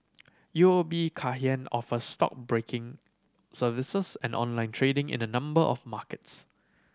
U O B Kay Hian offers stockbroking services and online trading in a number of markets